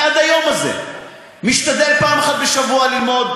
עד היום הזה אני משתדל פעם אחת בשבוע ללמוד